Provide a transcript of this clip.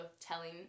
telling